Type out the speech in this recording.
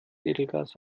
edelgas